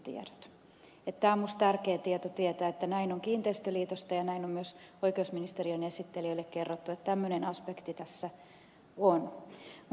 tämä on minusta tärkeä tieto tietää että näin on kiinteistöliitosta ja näin on myös oikeusministeriön esittelijöille kerrottu että tämmöinen aspekti tässä on